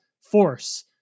force